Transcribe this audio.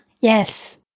Yes